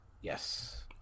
Yes